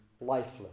lifeless